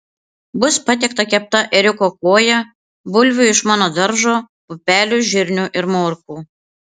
bus patiekta kepta ėriuko koja bulvių iš mano daržo pupelių žirnių ir morkų